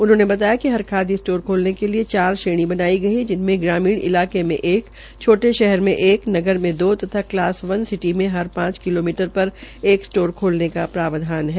उन्होंने बताया कि हरखादी स्टोर खोलने के लिए चार श्रेणी बनाई गई है जिनमें ग्रामीण इलाके के एक छोटे शहर के एक नगर में दो तथा कलास वन सिटी में हर पांच किलोमीटर पर एक स्टोर खोलने का प्रावधान है